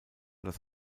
das